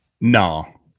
No